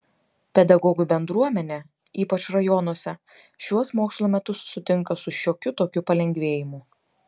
pedagogų bendruomenė ypač rajonuose šiuos mokslo metus sutinka su šiokiu tokiu palengvėjimu